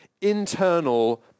internal